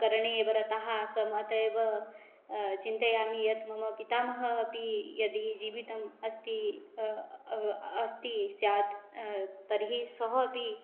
करणे एव रतः आसम् अतः एव चिन्तयामि यत् मम पितामहः अपि यदि जीवितम् अस्ति अस्ति स्यात् तर्हि सः अपि